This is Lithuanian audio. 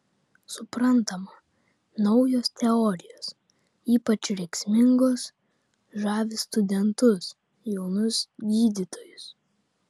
suprantama naujos teorijos ypač rėksmingos žavi studentus jaunus gydytojus